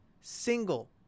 single